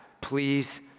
Please